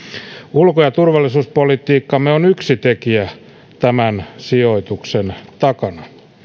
ulko ja turvallisuuspolitiikkamme on yksi tekijä tämän sijoituksen takana